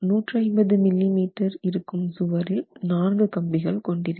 150 millimetre இருக்கும் சுவர் நான்கு கம்பிகள் கொண்டிருக்கிறது